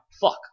fuck